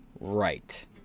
right